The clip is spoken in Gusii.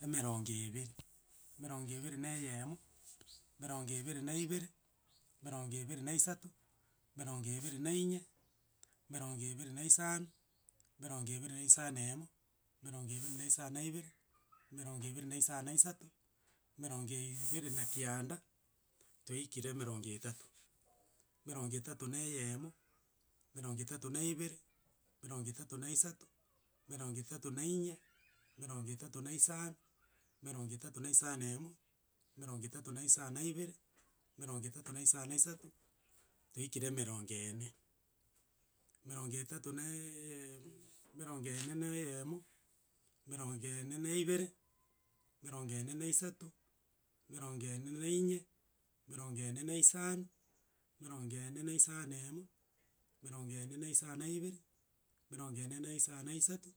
emerongo ebere. Emerongo ebere na eyemo, emerongo ebere na ibere, emerongo ebere na isato, emerongo ebere na inye, emerongo ebere na isano, emerongo ebere na isano na emo, emerongo ebere na isano na ibere, emerongo ebere na isano na isato, emerongo eeebere na kianda, twaikire emerongo etato. Emerongo etato na eyemo, emerongo etato na ibere, emerongo etato na isato, emerongo etato na inye, emerongo etato na isano, emerongo etato na isano na emo, emerongo etato na isano na ibere, emerongo etato na isano na isato, twaikire emerongo ene. Emerongo etato naa eyee, emerongo ene na eyemo, emerongo ene na ibere, emerongo ene na isato emerongo ene na inye, emerongo ene na isano, emerongo ene na isano na emo, emerongo ene na isano na ibere, emerongo ene na isano na isato.